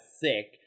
sick